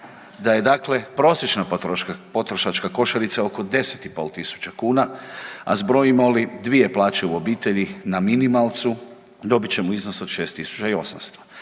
da je dakle prosječna potrošačka košarica oko 10.500 kuna, a zbrojimo li dvije plaće u obitelji na minimalcu dobit ćemo iznos od 6.800,